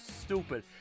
stupid